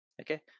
okay